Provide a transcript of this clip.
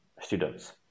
students